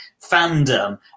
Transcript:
fandom